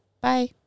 Bye